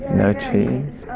no cheese.